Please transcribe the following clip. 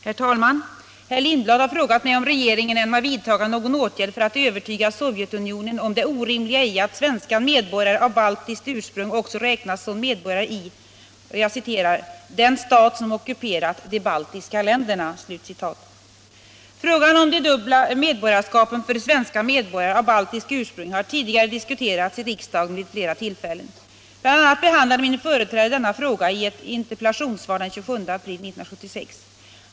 Herr talman! Herr Lindblad har frågat mig om regeringen ämnar vidtaga någon åtgärd för att övertyga Sovjetunionen om det orimliga i att svenska medborgare av baltiskt ursprung också räknas som medborgare i — jag citerar — ”den stat som ockuperat de baltiska länderna”. Frågan om de dubbla medborgarskapen för svenska medborgare av baltiskt ursprung har tidigare diskuterats i riksdagen vid flera tillfällen. Bl.,a. behandlade min företrädare denna fråga i ett interpellationssvar den 27 april 1976.